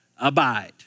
Abide